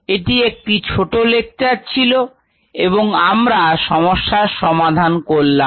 এটি একটি ছোট লেকচার ছিল এবং আমরা সমস্যার সমাধান করলাম